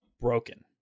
broken